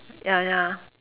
ya ya